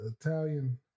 Italian